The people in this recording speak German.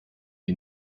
die